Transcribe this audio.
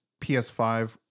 PS5